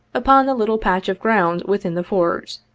upon the little patch of ground within the fort.